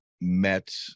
met